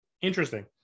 Interesting